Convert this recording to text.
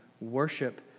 worship